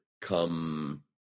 come